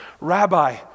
Rabbi